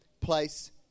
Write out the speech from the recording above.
place